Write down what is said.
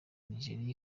nigeria